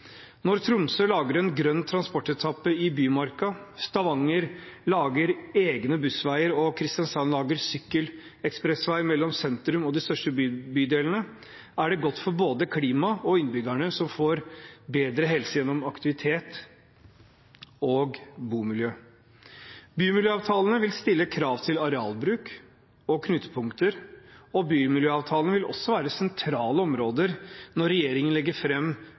Når Tromsø lager en grønn transportetappe i bymarka, Stavanger lager egne bussveier, og Kristiansand lager sykkelekspressvei mellom sentrum og de største bydelene, er det godt for både klima og innbyggerne, som får bedre helse gjennom aktivitet og bomiljø. Bymiljøavtalene vil stille krav til arealbruk og knutepunkter, og bymiljøavtalene vil også være sentrale områder når regjeringen legger